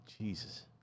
Jesus